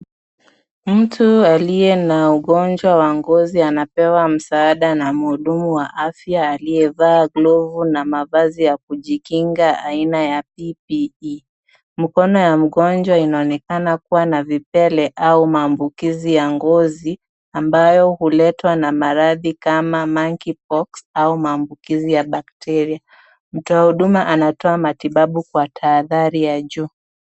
Mtu aliye na ugonjwa wa ngozi anapewa msaada na mhudumu wa afya aliyevaa glovu na mavazi ya kujikinga aina ya PPE . Mikono ya mgonjwa inaonekana kuwa na vipele au maambukizi ya ngozi, ambayo huletwa na maradhi kama Monkey Pox au maambukizi ya bakteria. Mtoa huduma anatoa matibabu kwa tahadhari ya juu.